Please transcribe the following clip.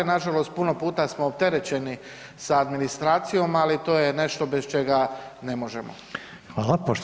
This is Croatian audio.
Nažalost puno puta smo opterećeni sa administracijom, ali to je nešto bez čega ne možemo.